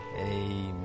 amen